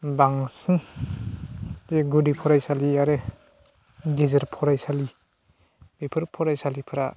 बांसिन गुदि फरायसालि आरो गेजेर फरायसालि बेफोर फरायसालिफोरा